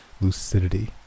lucidity